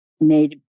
made